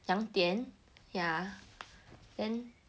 两点 ya then